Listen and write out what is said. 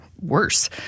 worse